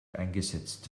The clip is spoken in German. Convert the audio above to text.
eingesetzt